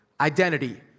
identity